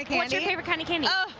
what is your favorite kind of candy?